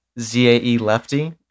Z-A-E-Lefty